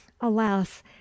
alas